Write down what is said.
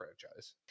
franchise